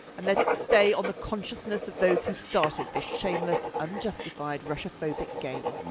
and let it stay on the consciousness of those who started this shameless, unjustified, russophobic game.